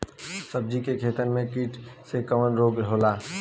सब्जी के खेतन में कीट से कवन रोग होला?